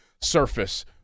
surface